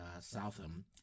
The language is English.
Southam